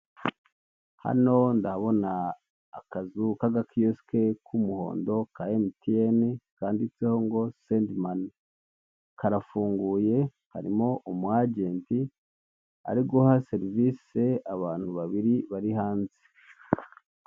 Hano ndabona akazu kagakiyosike k'umuhondo ka Mtn kanditseho ngo sendimani. Karafunguye harimo umu agenti ari guha serivise abantu babiri bari hanze.